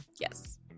Yes